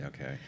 okay